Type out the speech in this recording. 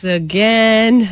again